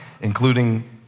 including